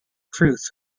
truth